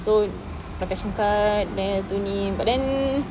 so dah passion card layan tu ni but then